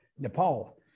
Nepal